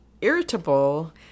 irritable